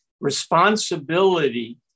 Responsibility